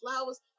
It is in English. flowers